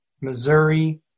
Missouri